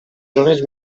zones